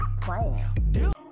playing